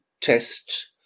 test